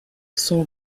son